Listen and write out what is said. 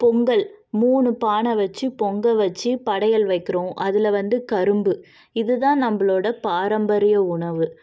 பொங்கல் மூணு பானை வைச்சு பொங்க வைச்சு படையல் வைக்கிறோம் அதில் வந்து கரும்பு இதுதான் நம்மளோடய பாரம்பரிய உணவு